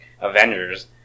Avengers